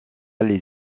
les